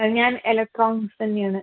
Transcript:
ആ ഞാൻ ഇലക്ട്രോണിക്സ് തന്നെ ആണ്